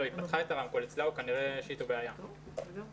אין להם